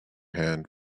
hand